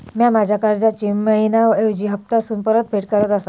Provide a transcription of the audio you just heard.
म्या माझ्या कर्जाची मैहिना ऐवजी हप्तासून परतफेड करत आसा